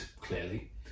clearly